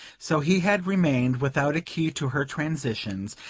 so he had remained without a key to her transitions,